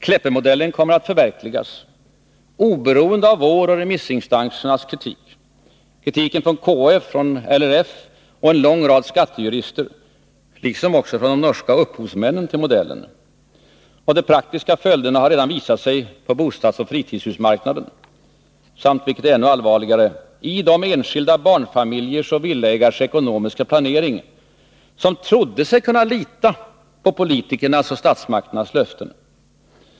Kleppemodellen kommer att förverkligas, oberoende av vår och remissinstansernas kritik samt kritiken från KF, LRF och en lång rad skattejurister liksom också från de norska upphovsmännen till modellen. De praktiska följderna har redan visat sig på bostadsoch fritidshusmarknaden samt — vilket är ännu allvarligare — i de enskilda barnfamiljers och villaägares ekonomiska planering vilka trodde sig kunna lita på politikernas och statsmakternas löften.